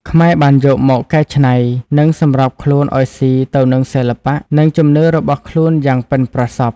ខ្មែរបានយកមកកែច្នៃ និងសម្របខ្លួនឱ្យស៊ីទៅនឹងសិល្បៈ និងជំនឿរបស់ខ្លួនយ៉ាងប៉ិនប្រសប់។